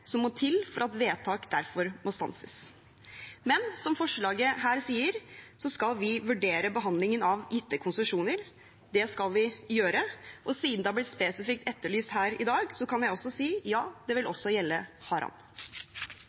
som må til for at vedtak derfor må stanses. Men som forslaget her sier, skal vi vurdere behandlingen av gitte konsesjoner. Det skal vi gjøre, og siden det har blitt spesifikt etterlyst her i dag, kan jeg si at det også vil gjelde Haram.